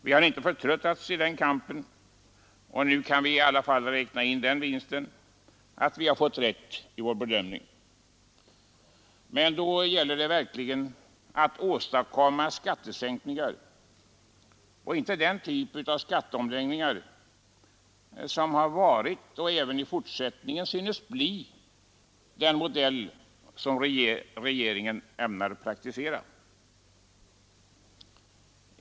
Vi har inte förtröttats i den kampen, och nu kan vi i alla fall räkna in den vinsten att vi har fått rätt i vår bedömning. Men då gäller det verkligen att åstadkomma skattesänkningar och inte den typ av skatteomläggningar som har varit och även i fortsättningen synes bli den modell som regeringen föredrar att praktisera.